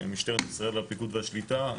משטרת ישראל הפיקוד והשליטה,